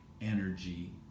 energy